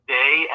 day